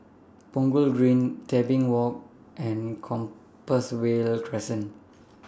Punggol Green Tebing Walk and Compassvale Crescent